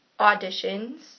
auditions